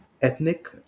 ethnic